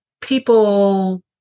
people